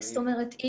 זאת אומרת,